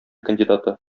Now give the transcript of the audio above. кандидаты